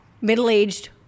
middle-aged